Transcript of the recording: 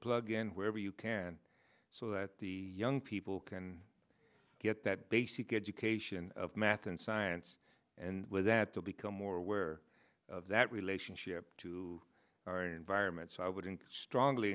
plug in wherever you can so that the young people can get that basic education of math and science and with that to become more aware of that relationship to our environment so i wouldn't strongly